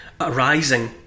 arising